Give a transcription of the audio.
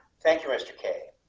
thank you, mr. k.